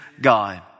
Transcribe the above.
God